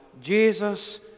Jesus